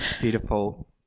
Beautiful